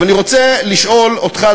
אבל אני רוצה לשאול אותך,